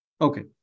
Okay